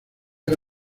era